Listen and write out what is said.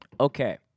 Okay